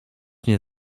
nie